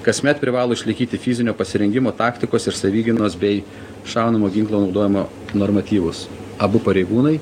kasmet privalo išlaikyti fizinio pasirengimo taktikos ir savigynos bei šaunamo ginklo naudojimo normatyvus abu pareigūnai